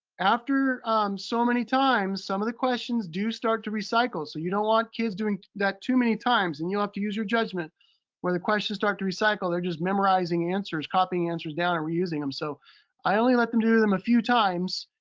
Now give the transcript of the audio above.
after so many times, some of the questions do start to recycle. so you don't want kids doing that too many times. and you'll have to use your judgment where the questions start to recycle, they're just memorizing answers, copying answers down and reusing them. so i only let them do them a few times,